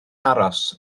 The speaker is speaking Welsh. aros